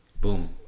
Boom